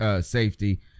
safety